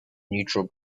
neutral